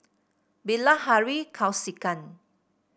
Bilahari Kausikan